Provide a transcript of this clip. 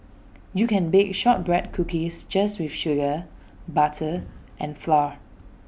you can bake Shortbread Cookies just with sugar butter and flour